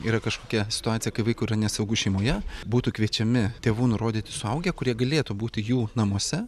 yra kažkokia situacija kai vaikui yra nesaugu šeimoje būtų kviečiami tėvų nurodyti suaugę kurie galėtų būti jų namuose